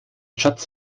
schatz